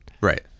Right